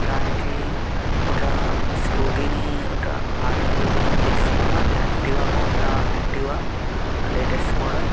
దానికి ఒక స్కూటీని ఒక ఆరు నెలల క్రితం తీసుకున్నాము అది Activa Honda Activa latest model